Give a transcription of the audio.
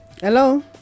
Hello